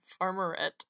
farmerette